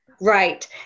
Right